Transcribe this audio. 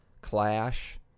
clash